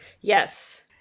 Yes